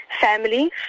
Family